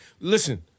listen